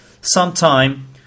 sometime